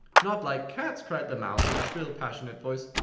not like cats! cried the mouse, in a shrill, passionate voice.